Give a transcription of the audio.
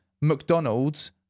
mcdonald's